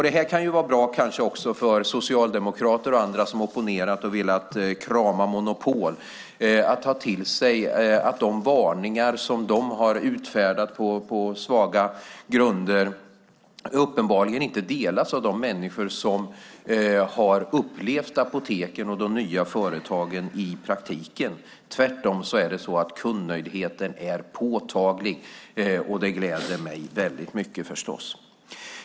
Det kan också vara bra för socialdemokrater och andra som har opponerat och velat krama monopol att ta till sig att de varningar som de har utfärdat på svaga grunder uppenbarligen inte bekräftas av de människor som har upplevt apoteken och de nya företagen i praktiken. Tvärtom är kundnöjdheten påtaglig, och det gläder mig mycket, förstås.